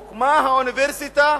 הוקמה אוניברסיטת,